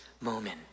moment